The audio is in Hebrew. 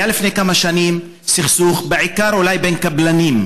היה לפני כמה שנים סכסוך, אולי בעיקר בין קבלנים,